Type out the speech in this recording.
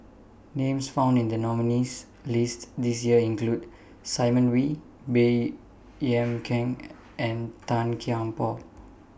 Names found in The nominees' list This Year include Simon Wee Baey Yam Keng and Tan Kian Por